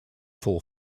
for